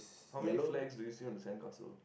how many flags do you see on the sand castle